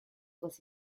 was